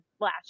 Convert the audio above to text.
last